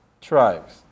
tribes